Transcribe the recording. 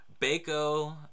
Baco